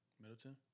Middleton